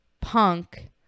punk